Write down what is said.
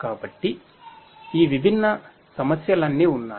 కాబట్టి ఈ విభిన్న సమస్యలన్నీ ఉన్నాయి